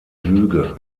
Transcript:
lüge